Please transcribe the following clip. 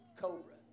cobra